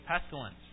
pestilence